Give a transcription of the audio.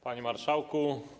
Panie Marszałku!